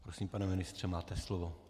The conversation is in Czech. Prosím, pane ministře, máte slovo.